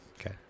Okay